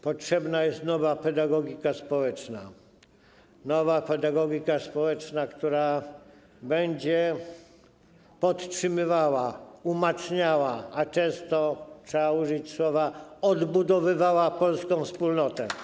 Potrzebna jest nowa pedagogika społeczna, nowa pedagogika społeczna, która będzie podtrzymywała, umacniała, a często - trzeba użyć tego słowa - odbudowywała polską wspólnotę.